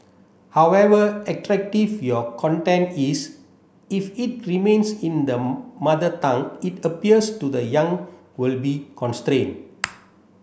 however attractive your content is if it remains in the Mother Tongue it appeals to the young will be constrained